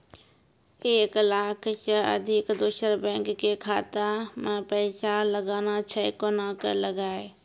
एक लाख से अधिक दोसर बैंक के खाता मे पैसा लगाना छै कोना के लगाए?